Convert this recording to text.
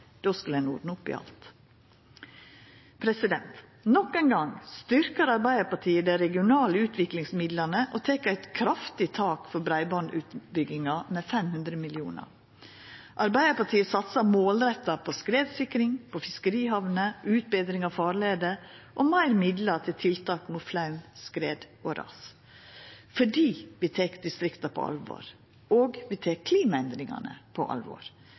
då skulle ein ordna opp i alt. Nok ein gong styrkjer Arbeidarpartiet dei regionale utviklingsmidlane og tek eit krafttak for breibandutbygginga med 500 mill. kr. Arbeidarpartiet satsar målretta på skredsikring, fiskerihamner, utbetring av farleier og meir midlar til tiltak mot flaum, skred og ras, fordi vi tek distrikta på alvor, og vi tek klimaendringane på alvor.